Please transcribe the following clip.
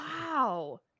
Wow